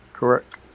Correct